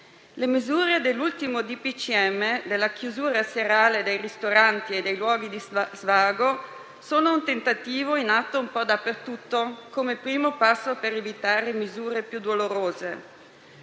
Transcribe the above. Consiglio dei ministri sulla chiusura serale dei ristoranti e dei luoghi di svago sono un tentativo in atto un po' dappertutto, come primo passo per evitare misure più dolorose.